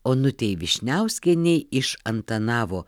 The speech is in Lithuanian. onutei vyšniauskienei iš antanavo